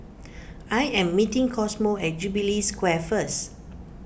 I am meeting Cosmo at Jubilee Square first